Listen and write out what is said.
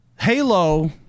Halo